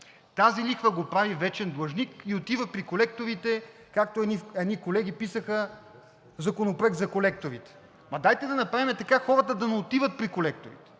тази лихва го прави вечен длъжник и отива при колекторите, както едни колеги писаха Законопроект за колекторите. Ама, дайте да направим така хората да не отиват при колекторите,